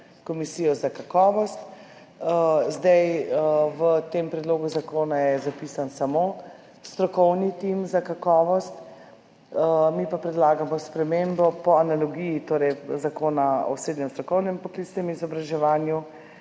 komisijo za kakovost. V tem predlogu zakona je zapisan samo strokovni tim za kakovost, mi pa predlagamo spremembo po analogiji zakona o srednjem strokovnem in poklicnem izobraževanju,